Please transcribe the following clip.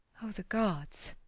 o the gods!